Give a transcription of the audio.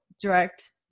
direct